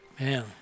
Man